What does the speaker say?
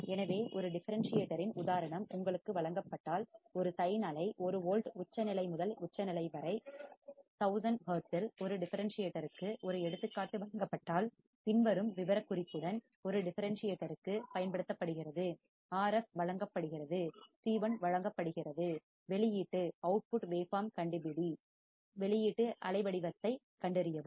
எனவே ஒரு டிஃபரன்ஸ் சியேட்டரின் உதாரணம் உங்களுக்கு வழங்கப்பட்டால் ஒரு சைன் அலை 1 வோல்ட் உச்சநிலை முதல் உச்சம் வரை 1000 ஹெர்ட்ஸில் ஒரு டிஃபரன்ஸ் சியேட்டருக்கு ஒரு எடுத்துக்காட்டு வழங்கப்பட்டால் பின்வரும் விவரக்குறிப்புடன் ஒரு டிஃபரன்ஸ் சியேட்டருக்குப் பயன்படுத்தப்படுகிறது RF வழங்கப்படுகிறது C1 வழங்கப்படுகிறது வெளியீட்டு அவுட்புட் அலைவடிவத்தைக் வேவ் பார்ம் கண்டுபிடி வெளியீட்டு அலைவடிவத்தைக் வேவ் பார்ம் கண்டறியவும்